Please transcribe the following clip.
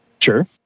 Sure